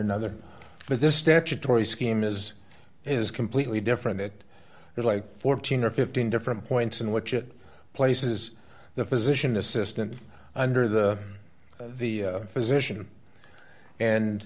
another but this statutory scheme is is completely different it is like fourteen or fifteen different points in which it places the physician assistant under the the physician and